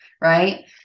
Right